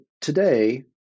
today